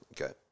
Okay